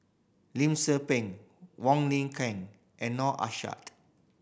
Lim Tze Peng Wong Lin Ken and Noor Aishah